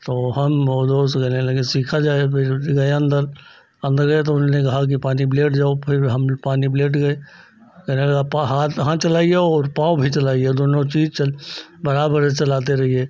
तो हम और दोस्त कहने लगे सीखा जाए फिर से गए अंदर अंदर गए तो उन्होंने कहा कि पानी पर लेट जाओ फिर हम पानी पर लेट गए कहने लगा हाथ हाथ चलाइए और पाँव भी चलाइए दोनों चीज़ चल बराबर चलाते रहिए